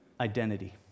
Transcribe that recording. Identity